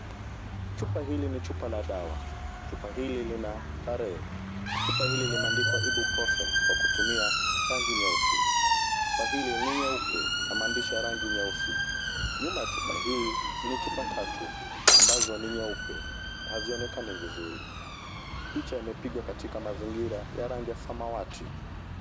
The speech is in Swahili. Chupa hili ni chupa la dawa. Chupa hili lina tarehe. Chupa hili limeandikwa Ibuprofen kwa kutumia rangi nyeusi. Chupa hili ni nyeupe na maandishi ya rangi nyeusi. Nyuma ya chupa hii ni chupa tatu ambazo ni nyeupe na hazionekani vizuri. Picha imepigwa katika mazingira ya rangi ya samawati.